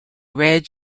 red